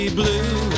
blue